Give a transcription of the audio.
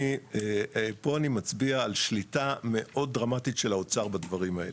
פה אני מצביע על שליטה מאוד דרמטית של האוצר בדברים האלה.